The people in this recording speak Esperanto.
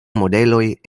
modeloj